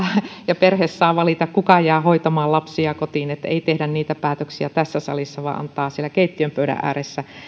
ja perhe saa valita kuka jää hoitamaan lapsia kotiin ei tehdä niitä päätöksiä tässä salissa vaan annetaan siellä keittiön pöydän ääressä